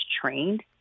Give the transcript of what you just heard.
trained